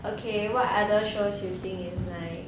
okay what other shows you think you like